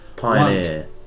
pioneer